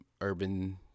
urban